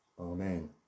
Amen